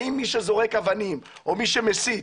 האם מי שזורק אבנים או מי שמסית,